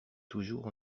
toujours